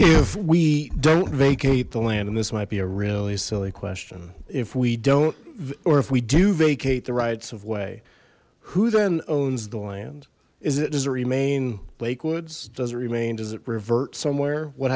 if we don't vacate the land and this might be a really silly question if we don't or if we do vacate the rights of way who then owns the land is it does it remain lake woods does it remain does it revert somewhere what